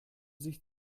sich